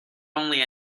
only